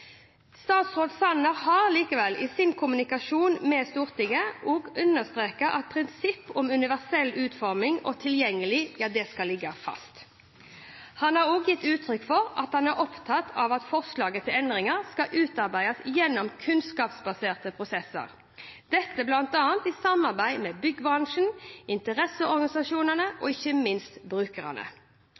Statsråd Sanner har likevel i sin kommunikasjon med Stortinget understreket at prinsippet om universell utforming og tilgjengelighet ligger fast. Han har også gitt utrykk for at han er opptatt av at forslaget til endringer skal utarbeides gjennom kunnskapsbaserte prosesser – dette bl.a. i samarbeid med byggebransjen, interesseorganisasjonene og ikke minst brukerne.